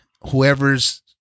whoever's